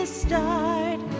start